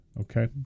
Okay